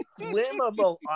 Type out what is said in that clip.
flammable